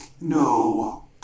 No